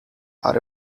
are